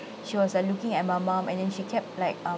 she was like looking at my mom and then she kept like um